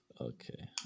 Okay